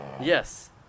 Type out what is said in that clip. Yes